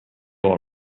all